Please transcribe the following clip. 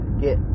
Get